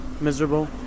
Miserable